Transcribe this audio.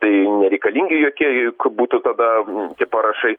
tai nereikalingi jokie juk būtų tada tie parašai